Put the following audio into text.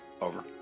over